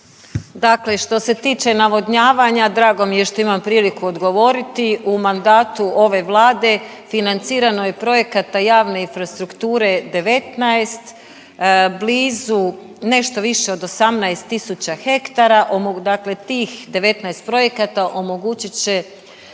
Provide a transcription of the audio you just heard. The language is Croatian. Dakle što se tiče navodnjavanja drago mi je što imam priliku odgovoriti u mandatu ove Vlade financirano je projekata javne infrastrukture 19, blizu nešto više od 18 tisuća hektara, dakle tih 19 projekata omogućit će